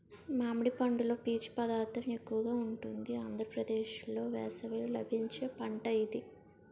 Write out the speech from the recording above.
మామిడి పండులో పీచు పదార్థం ఎక్కువగా ఉంటుంది ఆంధ్రప్రదేశ్లో వేసవిలో లభించే పంట ఇది